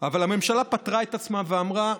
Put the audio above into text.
אבל הממשלה פטרה את עצמה ואמרה: